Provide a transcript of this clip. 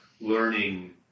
learning